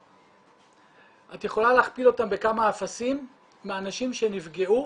את יכולה להכפיל אותם בכמה אפסים מהאנשים שנפגעו